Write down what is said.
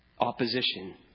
Opposition